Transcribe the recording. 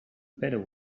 better